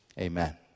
amen